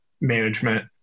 management